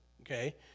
okay